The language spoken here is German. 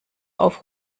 auf